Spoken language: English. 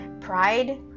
pride